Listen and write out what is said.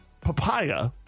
papaya